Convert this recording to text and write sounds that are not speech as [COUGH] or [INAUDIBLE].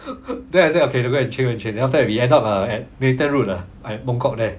[LAUGHS] then I say okay go and change go and change then after that we end up err at newton road ah uh mongkok there